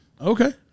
okay